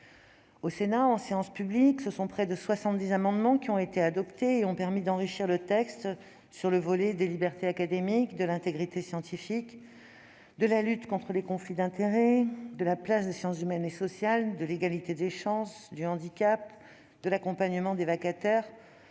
En séance publique, au Sénat, près de soixante-dix amendements ont été adoptés et ont permis d'enrichir le texte sur le volet des libertés académiques, de l'intégrité scientifique, de la lutte contre les conflits d'intérêts, de la place des sciences humaines et sociales, de l'égalité des chances, du handicap, de l'accompagnement des vacataires,